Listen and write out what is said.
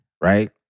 right